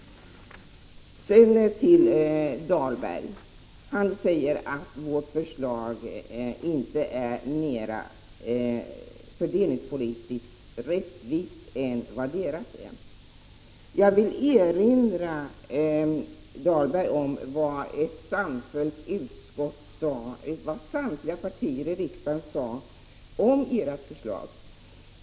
Sedan några ord till Rolf Dahlberg. Han säger att vårt förslag inte är mer rättvist ur fördelningspolitisk synpunkt än deras förslag är. Jag vill erinra Rolf Dahlberg om vad samtliga övriga partier i riksdagen sade om ert förslag.